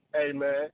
amen